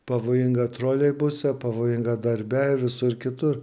pavojinga troleibuse pavojinga darbe ir visur kitur